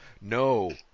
no